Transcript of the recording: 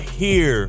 hear